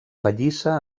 pallissa